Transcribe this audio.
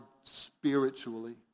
spiritually